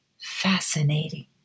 fascinating